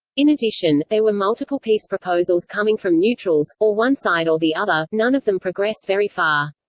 in addition, there were multiple peace proposals coming from neutrals, or one side or the other none of them progressed very far.